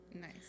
Nice